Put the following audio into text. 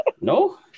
No